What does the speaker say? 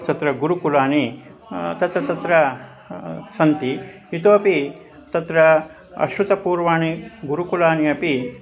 तत्र गुरुकुलानि तत्र तत्र सन्ति इतोपि तत्र अश्रुतपूर्वाणि गुरुकुलानि अपि